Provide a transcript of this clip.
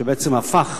שבעצם הפך